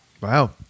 Wow